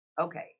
Okay